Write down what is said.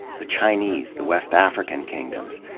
the chinese, the west african kingdoms.